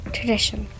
Tradition